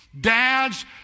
Dads